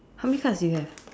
how many cards do you have